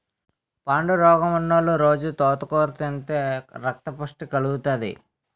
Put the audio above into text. పాండురోగమున్నోలు రొజూ తోటకూర తింతే రక్తపుష్టి కలుగుతాది